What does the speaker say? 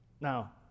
Now